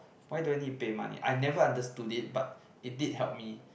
why don't need pay money I never understood it but it did help me